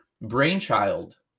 brainchild